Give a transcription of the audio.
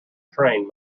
train